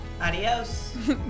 Adios